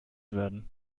werden